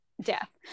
death